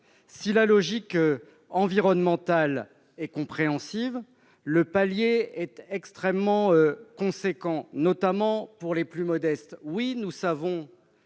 si la logique environnementale est compréhensible, le palier défini est extrêmement haut, notamment pour les plus modestes.